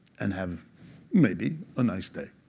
and have maybe a nice day.